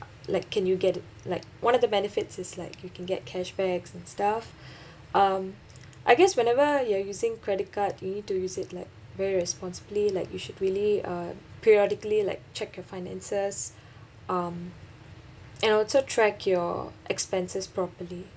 like can you get like one of the benefits is like you can get cashback and stuff um I guess whenever you are using credit card you need to use it like very responsibly like you should really uh periodically like check your finances um and also track your expenses properly